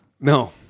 No